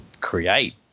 create